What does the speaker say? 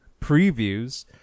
previews